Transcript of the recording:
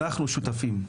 אנחנו שותפים.